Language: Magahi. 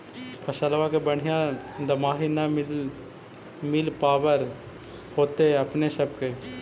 फसलबा के बढ़िया दमाहि न मिल पाबर होतो अपने सब के?